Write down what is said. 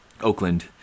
Oakland